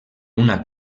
una